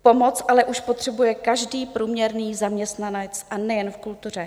Pomoc ale už potřebuje každý průměrný zaměstnanec, a nejen v kultuře.